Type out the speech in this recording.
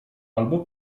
albo